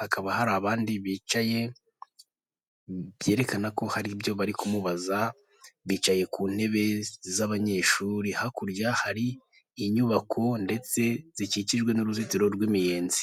hakaba hari abandi bicaye, byerekana ko hari ibyo bari kumubaza, bicaye ku ntebe z'abanyeshuri, hakurya hari inyubako ndetse zikikijwe n'uruzitiro rw'imiyezi.